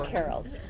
Carol's